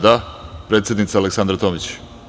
Da, predsednica Aleksandra Tomić.